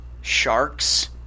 Sharks